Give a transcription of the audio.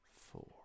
four